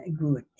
good